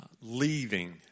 leaving